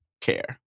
care